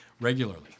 regularly